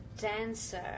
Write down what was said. dancer